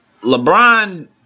LeBron